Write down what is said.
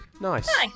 nice